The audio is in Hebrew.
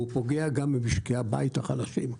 והוא פוגע גם במשקי הבית החלקים.